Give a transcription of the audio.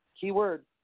keyword